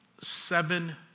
seven